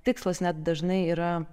tikslas net dažnai yra